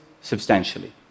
substantially